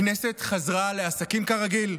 הכנסת חזרה לעסקים כרגיל,